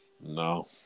No